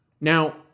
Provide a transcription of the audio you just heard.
Now